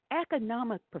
economic